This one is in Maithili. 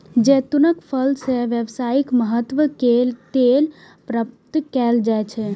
जैतूनक फल सं व्यावसायिक महत्व के तेल प्राप्त कैल जाइ छै